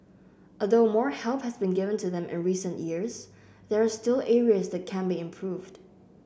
although more help has been given to them in recent years there are still areas that can be improved